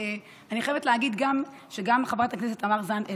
אני גם חייבת להגיד שגם חברת הכנסת תמר זנדברג,